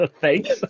thanks